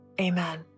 Amen